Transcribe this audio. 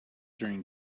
during